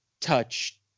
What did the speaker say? touch